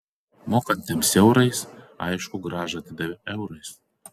mokantiems eurais aišku grąžą atidavė eurais